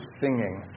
singing